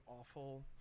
awful